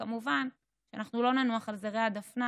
וכמובן אנחנו לא ננוח על זרי הדפנה.